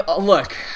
look